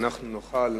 אנחנו נוכל,